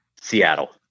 Seattle